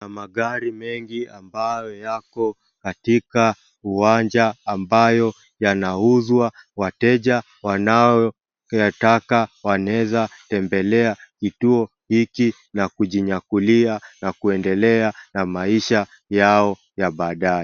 Kuna magari mengi amabayo yako katika uwanja ambayo yanauzwa, wateja wanaoyataka wanaeza tembelea kituo hiki na kujinyakulia na kuendelea na maisha yao ya baadaye.